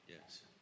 yes